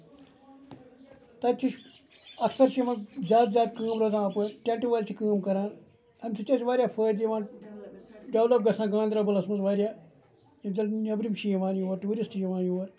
تَتہِ تہِ چھُ اَکثر چھُ یِمن زیادٕ زیادٕ کٲم روزان اَپٲرۍ ٹینٹہٕ وٲلۍ چھِ کٲم کران اَمہِ سۭتۍ چھُ اَسہِ واریاہ فٲیدٕ یِوان ڈیولَپ گژھان گاندربَلس منٛز واریاہ یوٚت زَن نیٚبرِم چھِ یوان یور ٹیوٗرِسٹ چھِ یِوان یور